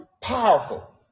powerful